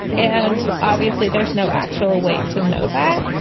and obviously there's no actual way to know that.